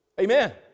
Amen